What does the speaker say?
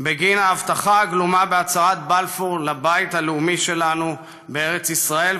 בגין ההבטחה הגלומה בהצהרת בלפור לבית הלאומי שלנו בארץ ישראל,